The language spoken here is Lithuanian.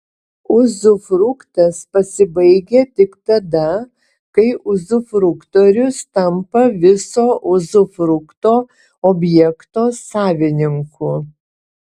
uzufruktas pasibaigia tik tada kai uzufruktorius tampa viso uzufrukto objekto savininku